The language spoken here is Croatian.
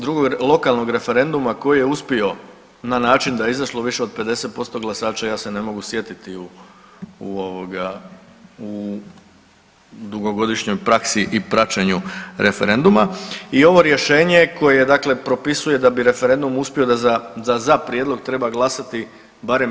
Drugog lokalnog referenduma koji je uspio na način da je izašlo više od 50% glasača, ja se ne mogu sjetiti u, u ovoga, u dugogodišnjoj praksi i praćenju referenduma i ovo rješenje koje dakle propisuje da bi referendum uspio da za, da za prijedlog treba glasati barem 1/